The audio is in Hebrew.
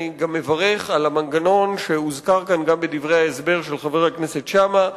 אני גם מברך על המנגנון שהוזכר כאן גם בדברי ההסבר של חבר הכנסת שאמה,